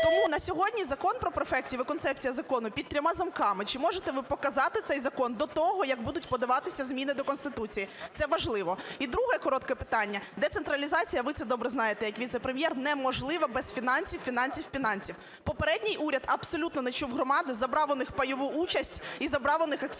Тому на сьогодні Закон про префектів і концепція закону під трьома замками. Чи можете ви показати цей закон до того, як будуть подаватися зміни до Конституції? Це важливо. І друге коротке питання. Децентралізація, ви це добре знаєте як віце-прем'єр, неможлива без фінансів, фінансів, фінансів. Попередній уряд абсолютно не чув громади, забрав у них пайову участь і забрав у них акцизний